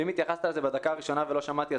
אם התייחסת לזה בדקה הראשונה ולא שמעתי,